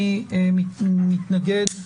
מי נגד?